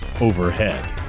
overhead